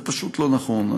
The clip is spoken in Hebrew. זה פשוט לא נכון.